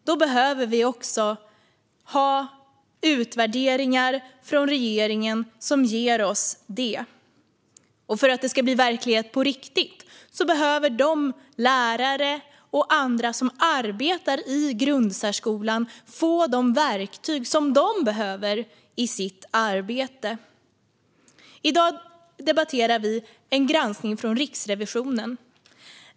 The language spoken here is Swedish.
Då behöver vi få utvärderingar från regeringen som ger oss det, och för att det ska bli verklighet på riktigt behöver de lärare och andra som arbetar i grundsärskolan få de verktyg som de behöver i sitt arbete. I dag debatterar vi en granskning från Riksrevisionen.